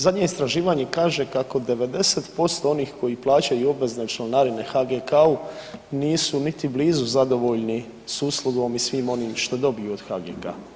Zadnje istraživanje kaže kako 90% onih koji plaćaju obvezne članarine HGK-u nisu niti blizu zadovoljni s uslugom i svim onim što dobiju od HGK-a.